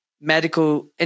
medical